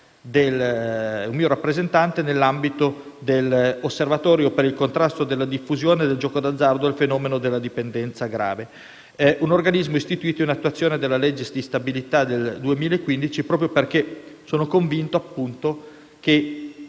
un mio rappresentante nell'ambito dell'Osservatorio per il contrasto della diffusione del gioco d'azzardo e il fenomeno della dipendenza grave, un organismo istituto in attuazione della legge di stabilità 2015, proprio perché sono convinto che